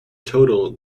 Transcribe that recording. total